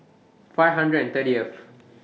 five hundred and thirth